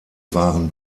waren